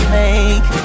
make